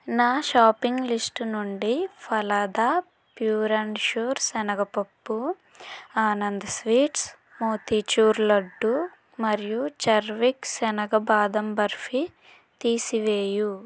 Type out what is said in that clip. నా shopping list నుండి Phalada pure and sure శనగ పప్పు ఆనంద్ స్వీట్స్ మోతీచూర్ లడ్డు మరియు చర్విక్ శనగ బాదం బర్ఫీ తీసివేయుము